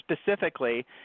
specifically